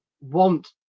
want